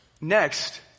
next